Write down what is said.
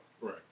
Right